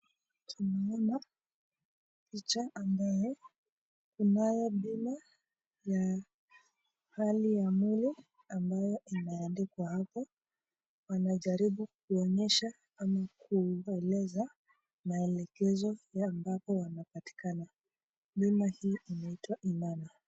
tunaona picha ambaye kunao ya wanajaribu kuonyesha ama kueleza maelekezo ambapo wanapatikana nyumba hii wanaitwa